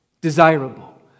Desirable